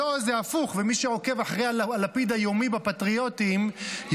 (העלאת גיל הפטור, חרבות ברזל, הארכת הוראת שעה),